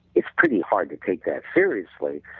it's pretty hard to take that seriously.